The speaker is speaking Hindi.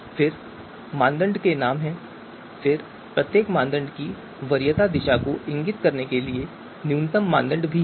फिर मानदंड के नाम फिर प्रत्येक मानदंड की वरीयता दिशा को इंगित करने के लिए न्यूनतम मानदंड भी हैं